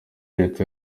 leta